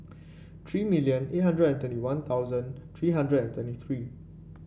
three million eight hundred and twenty One Thousand three hundred and twenty three